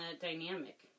dynamic